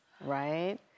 right